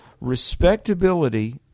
respectability